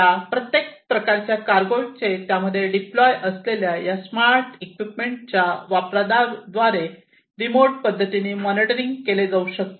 या प्रत्येक प्रकारच्या कार्गोचे त्यामध्ये डीप्लाय असलेल्या या स्मार्ट इक्विपमेंट च्या वापरा द्वारे रिमोट पद्धतीने मॉनिटरिंग केले जाऊ शकते